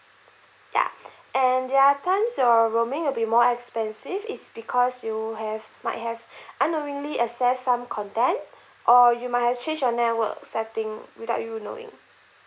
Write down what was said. ya and there are times your roaming will be more expensive is because you have might have unknowingly access some content or you might have changed your network setting without you knowing